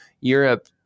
Europe